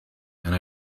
and